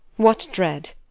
what dread?